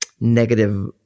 negative